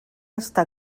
està